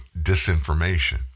disinformation